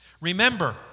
Remember